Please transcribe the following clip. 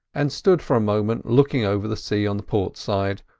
and stood for a moment looking over the sea on the port side,